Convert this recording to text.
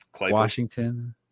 Washington